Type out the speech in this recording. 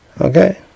Okay